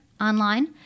online